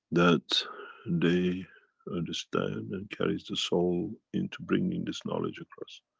that they understand and carries the soul into bringing this knowledge across.